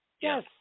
Yes